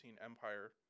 Empire